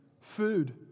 food